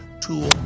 tool